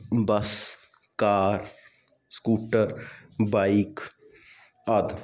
ਬੱਸ car scooter bike ਆਦਿ